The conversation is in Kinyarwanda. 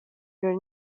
birori